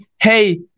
hey